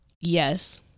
Yes